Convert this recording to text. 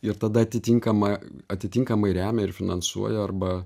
ir tada atitinkamą atitinkamai remia ir finansuoja arba